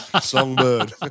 Songbird